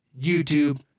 YouTube